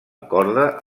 corda